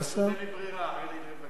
פשוט אין לי ברירה, אחרת הייתי מבקש דיון.